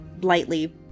lightly